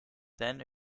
then